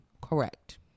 Correct